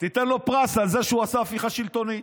תיתן לו פרס על זה שהוא עשה הפיכה שלטונית.